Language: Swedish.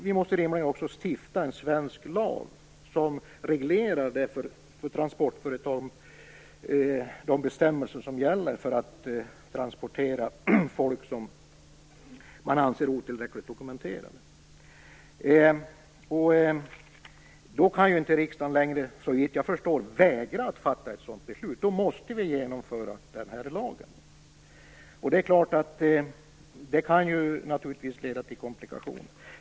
Vi måste rimligen också stifta en svensk lag med bestämmelser som reglerar transporter av personer som man anser otillräckligt dokumenterade. Riksdagen kan såvitt jag förstår då inte längre vägra att fatta ett sådant beslut utan måste genomföra den här lagen. Det kan naturligtvis leda till komplikationer.